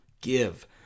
Give